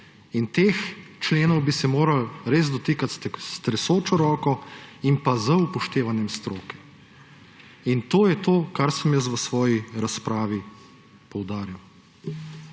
In teh členov bi se morali dotikati s tresočo roko in z upoštevanjem stroke. To je to, kar sem v svoji razpravi poudaril.